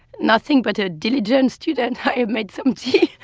nothing but a diligent student, i ah made some tea